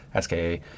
SKA